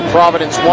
Providence